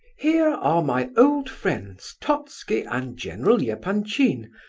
here are my old friends, totski and general yeah epanchin,